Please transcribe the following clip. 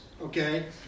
okay